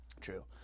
True